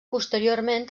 posteriorment